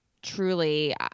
truly